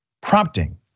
Prompting